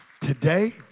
Today